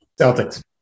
Celtics